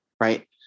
Right